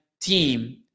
team